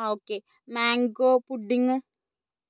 ആ okay mango pudding